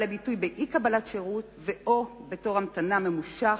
לביטוי באי-קבלת שירות ו/או בתור המתנה ממושך,